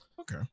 okay